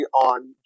on